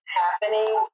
happening